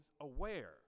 aware